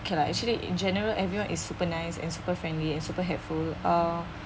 okay lah actually in general everyone is super nice and super friendly and super helpful err